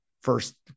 first